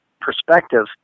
perspective